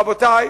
רבותי,